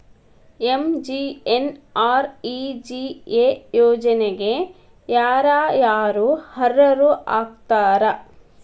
MGNREGA ಯೋಜನೆಗೆ ಯಾರ ಯಾರು ಅರ್ಹರು ಆಗ್ತಾರ?